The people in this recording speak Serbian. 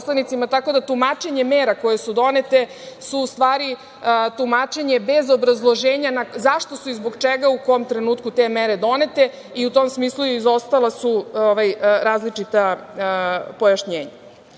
tako da tumačenje mera koje su donete su u stvari tumačenje bez obrazloženja zašto su i zbog čega u kom trenutku te mere donete i u tom smislu je izostalo različito pojašnjenje. Dakle,